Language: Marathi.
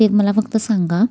ते मला फक्त सांगा